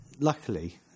luckily